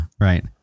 Right